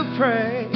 pray